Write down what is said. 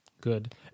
good